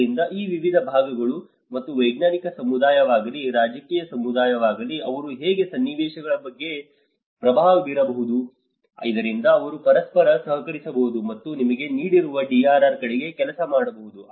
ಆದ್ದರಿಂದ ಈ ವಿವಿಧ ವಿಭಾಗಗಳು ಅದು ವೈಜ್ಞಾನಿಕ ಸಮುದಾಯವಾಗಲಿ ರಾಜಕೀಯ ಸಮುದಾಯವಾಗಲಿ ಅವರು ಹೇಗೆ ಸನ್ನಿವೇಶಗಳ ಮೇಲೆ ಪ್ರಭಾವ ಬೀರಬಹುದು ಇದರಿಂದ ಅವರು ಪರಸ್ಪರ ಸಹಕರಿಸಬಹುದು ಮತ್ತು ನಿಮಗೆ ತಿಳಿದಿರುವ DRR ಕಡೆಗೆ ಕೆಲಸ ಮಾಡಬಹುದು